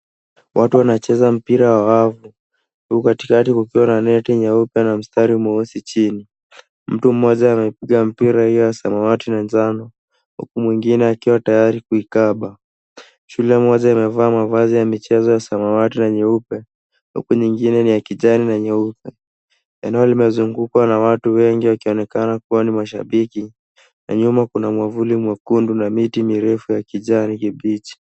Watu wanacheza mpira wa wavu, huku katikati kukiwa na neti nyeupe na mstari mweusi chini. Mtu mmoja amepiga mpira hiyo ya samawati na jano, huku mwingine akiwa tayari kuikaba. Shule moja imevaa mavazi ya michezo ya samawati na nyeupe, huku nyingine ni ya kijani na nyeupe. Eneo limezungukwa na watu wengi wakionekana kuwa ni mashambiki. Na nyuma kuna mwavuli mwekundu na miti mirefu ya kijani kibichi.